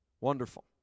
Wonderful